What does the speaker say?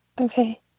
Okay